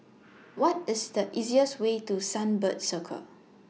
What IS The easiest Way to Sunbird Circle